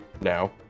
now